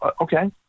Okay